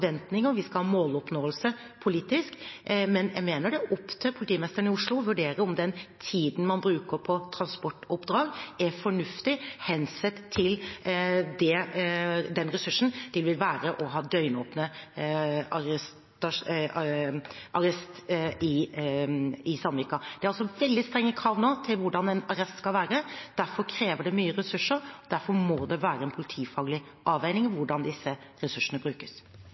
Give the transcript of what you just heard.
Vi skal ha måloppnåelse politisk, men jeg mener det er opp til politimesteren i Oslo å vurdere om den tiden man bruker på transportoppdrag, er fornuftig, sett hen til den ressursen det vil være å ha døgnåpen arrest i Sandvika. Det er veldig strenge krav til hvordan en arrest skal være. Derfor krever det mye ressurser. Derfor må det være en politifaglig avveining hvordan disse ressursene brukes.